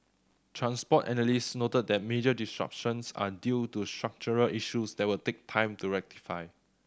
transport analysts noted that major disruptions are due to structural issues that will take time to rectify